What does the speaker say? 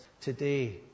today